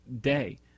day